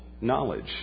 knowledge